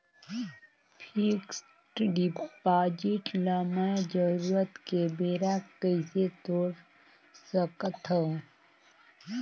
Fixed deposit ल मैं जरूरत के बेरा कइसे तोड़ सकथव?